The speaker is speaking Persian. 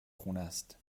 خونست